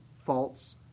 false